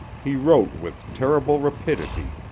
he wrote with terrible rapidity,